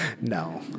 No